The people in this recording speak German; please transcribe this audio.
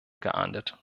geahndet